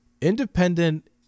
Independent